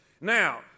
Now